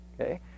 Okay